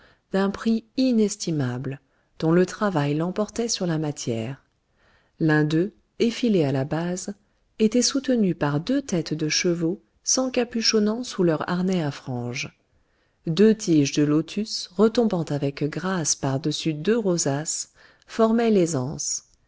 d'un prix inestimable dont le travail l'emportait sur la matière l'un d'eux effilé à la base était soutenu par deux têtes de chevaux s'encapuchonnant sous leur harnais à frange deux tiges de lotus retombant avec grâce par-dessus deux rosaces formaient les